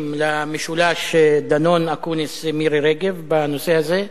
למשולש דנון אקוניס מירי-רגב בנושא הזה.